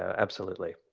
absolutely.